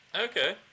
Okay